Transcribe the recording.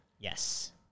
Yes